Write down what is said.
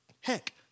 Heck